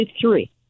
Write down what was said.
three